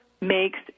makes